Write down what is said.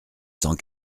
cent